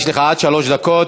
יש לך עד שלוש דקות.